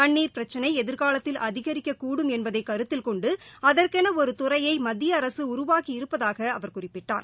தண்ணீர் பிரச்சினை எதிர்காலத்தில் அதிகரிக்கக்கூடும் என்பதை கருத்தில் கொண்டு அகற்கென ஒரு துறையை மத்திய உருவாக்கி இருப்பதாக அவர் குறிப்பிட்டார்